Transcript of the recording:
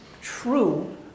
true